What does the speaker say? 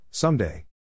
Someday